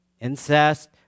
Incest